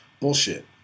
bullshit